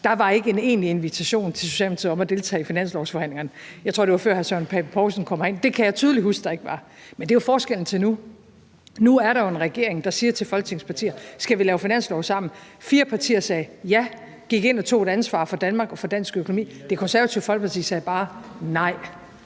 der var ikke en egentlig invitation til Socialdemokratiet om at deltage i finanslovsforhandlingerne – jeg tror, det var, før hr. Søren Pape Poulsen kom herind. Det kan jeg tydeligt huske at der ikke var. Men det er jo forskellen på dengang og nu. Nu er der en regering, der siger til Folketingets partier: Skal vi lave finanslov sammen? Fire partier sagde ja og gik ind og tog et ansvar for Danmark og for dansk økonomi. Det Konservative Folkeparti sagde bare nej.